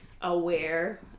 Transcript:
aware